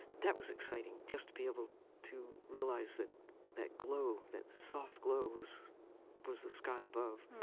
that was exciting, just to be able to realize that that glow, that soft glow, was was the sky above,